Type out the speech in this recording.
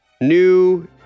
new